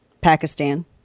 Pakistan